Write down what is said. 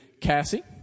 Cassie